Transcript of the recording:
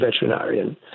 veterinarian